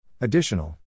Additional